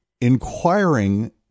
inquiring